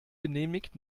genehmigt